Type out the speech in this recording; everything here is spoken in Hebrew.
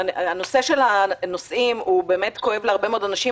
הנושא של הנוסעים באמת כואב להרבה מאוד אנשים,